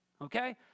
okay